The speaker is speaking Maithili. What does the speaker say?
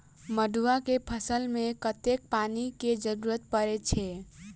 मड़ुआ केँ फसल मे कतेक पानि केँ जरूरत परै छैय?